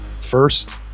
first